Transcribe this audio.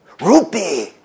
rupee